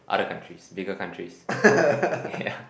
other countries bigger countries yeah